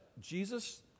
Jesus